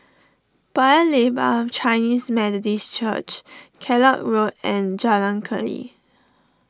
Paya Lebar Chinese Methodist Church Kellock Road and Jalan Keli